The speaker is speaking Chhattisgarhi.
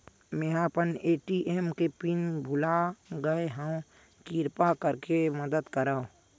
मेंहा अपन ए.टी.एम के पिन भुला गए हव, किरपा करके मदद करव